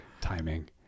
Timing